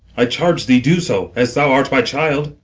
i charge thee do so, as thou art my child.